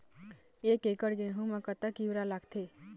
एक एकड़ गेहूं म कतक यूरिया लागथे?